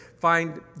find